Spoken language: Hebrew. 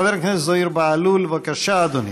חבר הכנסת זוהיר בהלול, בבקשה, אדוני,